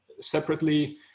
separately